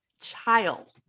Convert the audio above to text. child